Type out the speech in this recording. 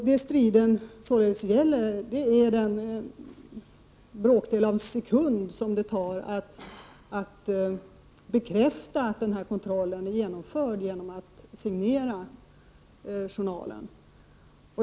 Det striden således gäller är den bråkdel av en sekund som det tar att bekräfta att kontrollen har gjorts genom att signera journalen.